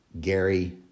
Gary